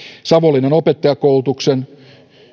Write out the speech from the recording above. savonlinnan opettajakoulutuksen